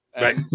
Right